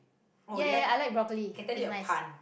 ya ya ya I like broccoli in rice